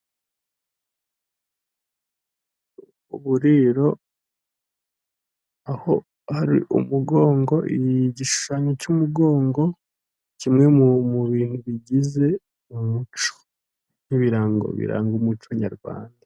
Uburiro aho hari umugongo inyuma igishushanyo cy' umugongo kimwe mu bintu bigize umuco, nk' ibirango biranga umuco nyarwanda.